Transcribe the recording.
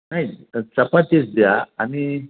नाही चपातीच द्या आणि